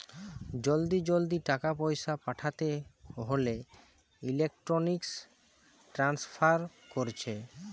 জলদি জলদি টাকা পয়সা পাঠাতে হোলে ইলেক্ট্রনিক ট্রান্সফার কোরছে